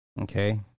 Okay